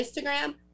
instagram